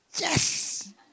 Yes